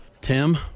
Tim